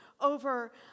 over